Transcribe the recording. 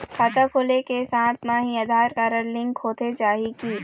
खाता खोले के साथ म ही आधार कारड लिंक होथे जाही की?